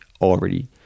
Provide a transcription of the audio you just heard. already